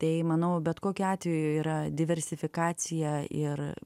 tai manau bet kokiu atveju yra diversifikacija ir